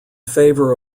favour